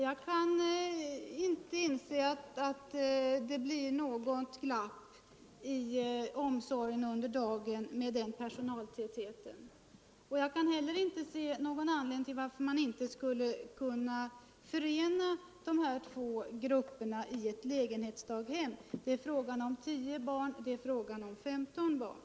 Jag kan inte inse att det skulle bli något glapp i omsorgen under dagen med den personaltätheten. Jag kan heller inte se någon anledning till att man inte skulle kunna förena de här två grupperna i ett lägenhetsdaghem. Det är ju fråga om tio barn, respektive femton barn.